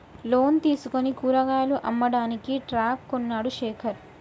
loan తీసుకుని కూరగాయలు అమ్మడానికి ట్రక్ కొన్నడు శేఖర్